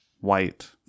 white